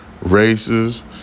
races